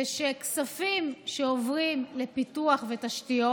זה שכספים שעוברים לפיתוח ותשתיות,